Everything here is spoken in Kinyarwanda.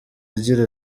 agira